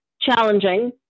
challenging